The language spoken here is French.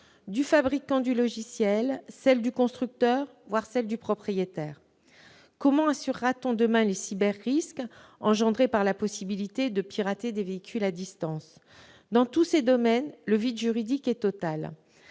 du fabricant du logiciel, du constructeur, voire du propriétaire ? Comment assurera-t-on demain les cyberrisques liés à la possibilité de pirater des véhicules à distance ? Dans tous ces domaines, le vide juridique est total.